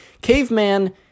caveman